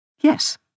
yes